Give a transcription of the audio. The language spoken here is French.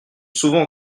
souvent